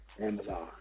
Amazon